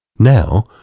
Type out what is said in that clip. Now